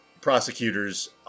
Prosecutors